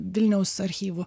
vilniaus archyvu